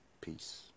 peace